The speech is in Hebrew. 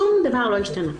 שום דבר לא השתנה.